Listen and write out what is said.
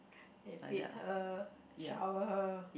he feed her shower her